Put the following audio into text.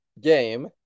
game